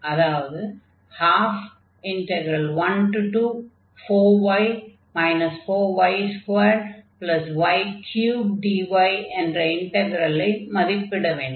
அதாவது 12124y 4y2y3dy என்ற இன்டக்ரலை மதிப்பிட வேண்டும்